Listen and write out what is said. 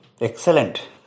Excellent